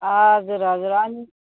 हजुर हजुर अनि